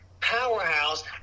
powerhouse